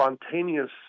Spontaneous